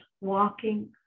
walking